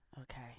Okay